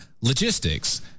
logistics